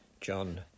John